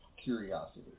curiosity